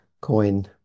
coin